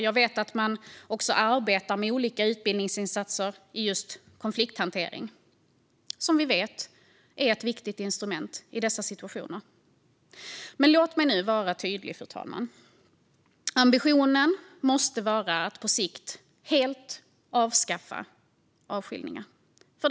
Jag vet också att man arbetar med olika utbildningsinsatser i just konflikthantering, som vi vet är ett viktigt instrument i dessa situationer. Låt mig nu vara tydlig, fru talman. Ambitionen måste vara att på sikt helt avskaffa avskiljningar.